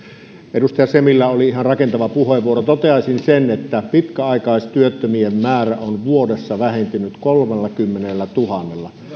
edustaja semillä oli ihan rakentava puheenvuoro toteaisin sen että pitkäaikaistyöttömien määrä on vuodessa vähentynyt kolmellakymmenellätuhannella